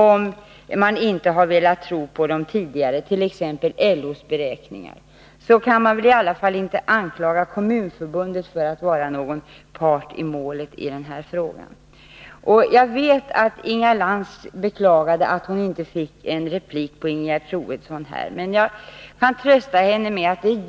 Om man inte har velat tro på de tidigare beräkningarna, t.ex. LO:s beräkningar, så kan man väl i alla fall inte anklaga Kommunförbundet för att vara part i målet när det gäller den här frågan. Inga Lantz beklagade att hon inte fick replik på Ingegerd Troedssons inlägg, men jag kan trösta henne med att det inte